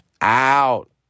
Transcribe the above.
out